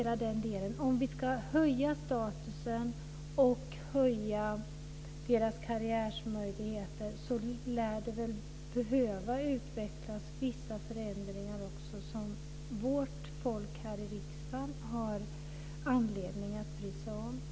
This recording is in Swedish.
Om vi ska höja statusen och öka deras karriärmöjligheter lär man väl behöva genomföra vissa förändringar som vårt folk här i riksdagen har anledning att bry sig om.